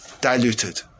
diluted